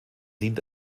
dient